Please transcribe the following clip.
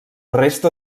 resta